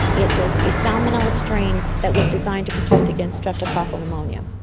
it was a salmonella strain that was designed to protect against streptococcal pneumonia.